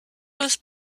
was